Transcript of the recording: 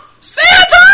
Santa